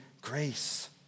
grace